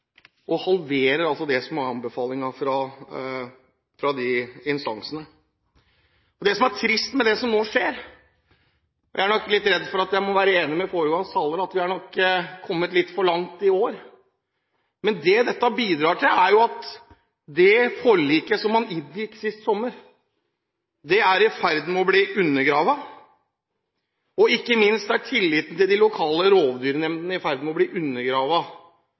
og halverer altså anbefalingen fra den instansen. Det som er trist med det som nå skjer – jeg er redd for at jeg må være enig med foregående taler – er at vi nok er kommet litt for langt i år. Men det dette bidrar til, er at det forliket man inngikk sist sommer, er i ferd med å bli undergravd. Ikke minst er tilliten til de lokale rovdyrnemndene i ferd med å bli